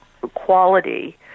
quality